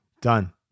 Done